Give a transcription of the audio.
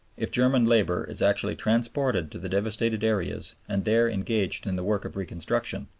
if german labor is actually transported to the devastated areas and there engaged in the work of reconstruction.